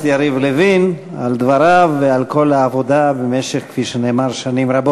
אדוני ראש הממשלה.